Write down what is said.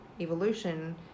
evolution